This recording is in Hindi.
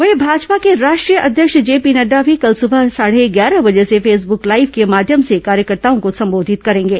वहीं भाजपा के राष्ट्रीय अध्यक्ष जेपी नड़डा भी कल सुबह साढ़े ग्यारह बजे से फेसबुक लाइव के माध्यम से कार्यकर्ताओं को संबोधित करेंगे